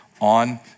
on